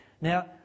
Now